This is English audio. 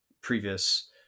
previous